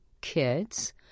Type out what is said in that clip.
kids